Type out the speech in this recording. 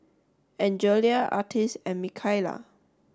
Angelia Artis and Mikaila